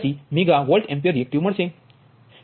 88 megawatt મળશે